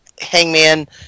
Hangman